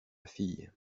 fille